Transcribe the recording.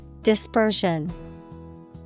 Dispersion